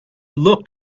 looked